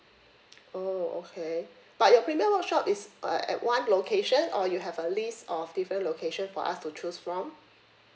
oh okay but your premium workshop is uh at at one location or you have a list of different location for us to choose from